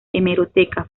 hemeroteca